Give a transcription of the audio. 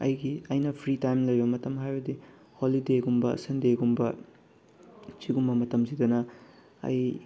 ꯑꯩꯒꯤ ꯑꯩꯅ free time ꯂꯩꯕ ꯃꯇꯝ ꯍꯥꯏꯕꯗꯤ ꯍꯣꯂꯤꯗꯦꯒꯨꯝꯕ ꯁꯟꯗꯦꯒꯨꯝꯕ ꯁꯤꯒꯨꯝꯕ ꯃꯇꯝꯁꯤꯗꯅ ꯑꯩ